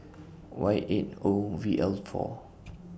Y eight O V L four